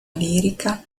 lirica